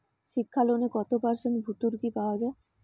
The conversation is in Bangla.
শিক্ষা লোনে কত পার্সেন্ট ভূর্তুকি পাওয়া য়ায়?